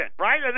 right